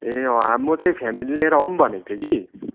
ए अँ म चाहिँ फेमिली लिएर आउँ भनेको थिएँ कि